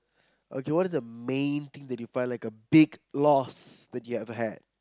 okay what is the main thing that you find like a big loss that you ever had